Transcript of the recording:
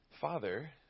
Father